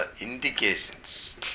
indications